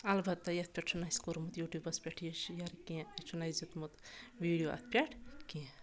البتہ یَتھ پؠٹھ چھُ نہٕ اَسہِ کوٚرمُت یوٗٹیوٗبَس پؠٹھ یہِ شِیَر کینٛہہ یہِ چھُنہٕ اَسہِ دیُتمُت ویٖڈیو اَتھ پؠٹھ کینٛہہ